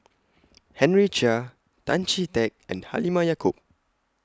Henry Chia Tan Chee Teck and Halimah Yacob